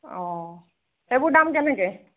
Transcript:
অ সেইবোৰৰ দাম কেনেকৈ